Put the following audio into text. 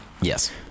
Yes